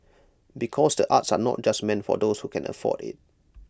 because the arts are not just meant for those who can afford IT